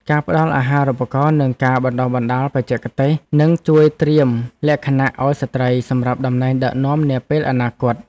ការផ្តល់អាហារូបករណ៍និងការបណ្តុះបណ្តាលបច្ចេកទេសនឹងជួយត្រៀមលក្ខណៈឱ្យស្ត្រីសម្រាប់តំណែងដឹកនាំនាពេលអនាគត។